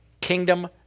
Kingdom